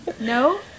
No